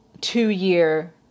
two-year